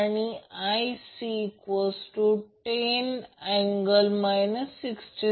तर VAN आणि Vbc मधील अँगल 90° आहे